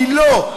מילוא,